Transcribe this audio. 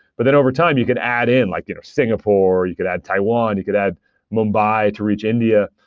but then overtime you can add in, like you know singapore, you could add taiwan, you could add mumbai to reach india.